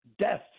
deaths